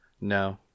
No